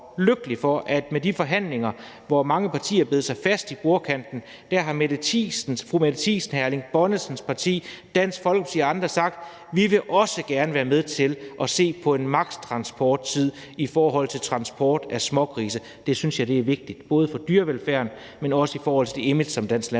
lykkelig for, at i de forhandlinger, hvor mange partier bed sig fast i bordkanten, har fru Mette Thiesens og hr. Erling Bonnesens parti og Dansk Folkeparti og andre sagt: Vi vil også gerne være med til at se på en maks.-transporttid i forhold til transport af smågrise. Det synes jeg er vigtigt, både for dyrevelfærden, men også for det image, som dansk landbrug